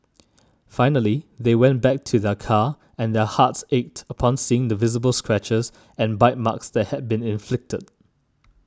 finally they went back to their car and their hearts ached upon seeing the visible scratches and bite marks that had been inflicted